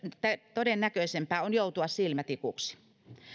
todennäköisempää on joutua silmätikuksi